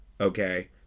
Okay